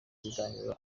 ibiganiro